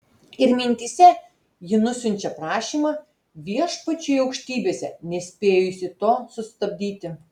ir mintyse ji nusiunčia prašymą viešpačiui aukštybėse nespėjusi to sustabdyti